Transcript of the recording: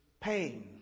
pain